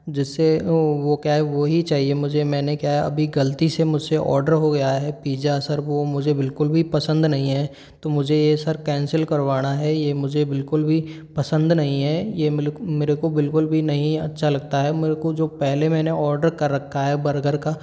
जिससे वो वो क्या है वो ही चाहिए मुझे मैंने क्या है अभी गलती से मुझसे आर्डर हो गया है पिज्जा सर वो मुझे बिलकुल भी पसंद नहीं है तो मुझे यह सर कैंसिल करवाना है ये मुझे बिलकुल भी पसंद नहीं हैं ये मेरे को बिलकुल भी नहीं अच्छा लगता है मेरे को जो पहले मैंने ऑर्डर कर रखा है बर्गर का